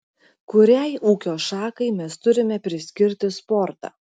kuriai ūkio šakai mes turime priskirti sportą